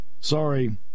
Sorry